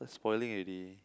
spoiling already